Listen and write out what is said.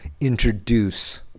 introduce